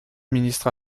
ministre